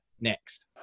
next